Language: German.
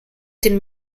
den